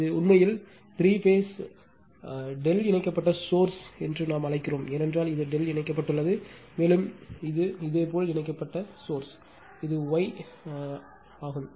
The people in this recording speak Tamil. இது உண்மையில் த்ரீ பேஸ் ∆ இணைக்கப்பட்ட சோர்ஸ் நாம் அழைக்கிறோம் ஏனென்றால் இது ∆ இணைக்கப்பட்டுள்ளது மேலும் இது இதேபோல் இணைக்கப்பட்ட சோர்ஸ் இது Y இணைக்கப்பட்டுள்ளது